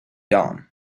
dom